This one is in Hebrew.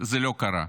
זה לא קרה.